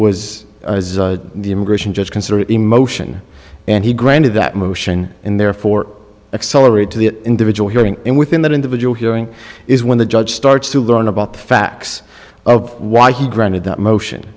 was the immigration judge consider the motion and he granted that motion and therefore accelerate to the individual hearing and within that individual hearing is when the judge starts to learn about the facts of why he granted that motion